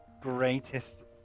greatest